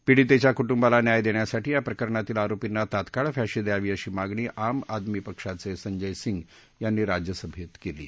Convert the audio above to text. पीडितेच्या कुटुंबाला न्याय देण्यासाठी या प्रकरणातील आरोपींना तात्काळ फाशी द्यावी अशी मागणी आम आदमी पक्षाचे संजयसिंग यांनी राज्यसभेत केली आहे